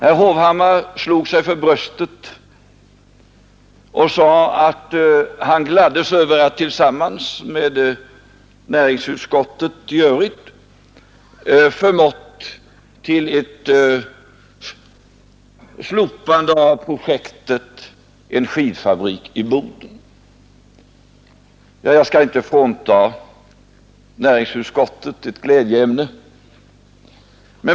Herr Hovhammar slog sig för bröstet och sade, att han gladde sig över att han tillsammans med näringsutskottet i övrigt hade medverkat till ett slopande av projektet med en skidfabrik i Boden. Jag skall inte frånta näringsutskottet ett glädjeämne.